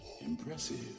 Impressive